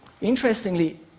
Interestingly